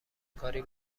کاری